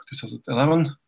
2011